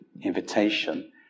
invitation